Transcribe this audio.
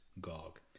Gog